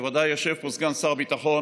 בוודאי, יושב פה סגן שר הביטחון,